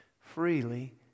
freely